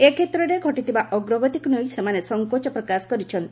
ଏ କ୍ଷେତ୍ରରେ ଘଟିଥିବା ଅଗ୍ରଗତିକୁ ନେଇ ସେମାନେ ସଙ୍କୋଚ ପ୍ରକାଶ କରିଛନ୍ତି